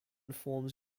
forms